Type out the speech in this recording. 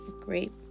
great